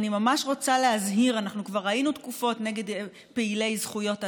אני ממש רוצה להזהיר: אנחנו כבר ראינו תקיפות נגד פעילי זכויות אדם,